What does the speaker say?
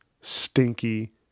stinky